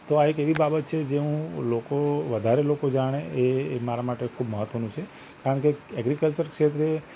તો આ એક એવી બાબત છે કે જે હું લોકો વધારે લોકો જાણે એ મારા માટે ખૂબ મહત્ત્વનું છે કારણ કે ઍગ્રિકલ્ચર ક્ષેત્રે